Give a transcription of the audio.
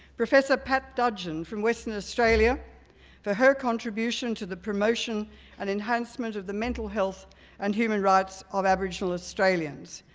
professor pat dudgeon from western australia for her contribution to the promotion and enhancement of the mental health and human rights of aboriginal australians.